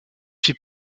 fit